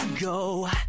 go